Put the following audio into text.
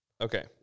Okay